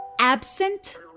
absent